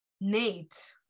Nate